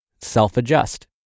self-adjust